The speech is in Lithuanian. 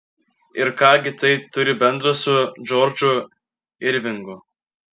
ir ką gi tai turi bendra su džordžu irvingu